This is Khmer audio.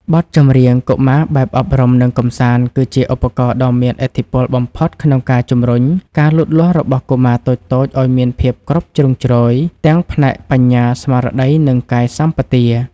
បទចម្រៀងកុមារបែបអប់រំ និងកម្សាន្ត គឺជាឧបករណ៍ដ៏មានឥទ្ធិពលបំផុតក្នុងការជំរុញការលូតលាស់របស់កុមារតូចៗឱ្យមានភាពគ្រប់ជ្រុងជ្រោយ ទាំងផ្នែកបញ្ញា ស្មារតី និងកាយសម្បទា។